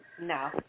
No